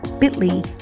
bit.ly